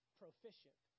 proficient